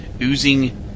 oozing